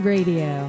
Radio